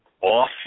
off